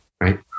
right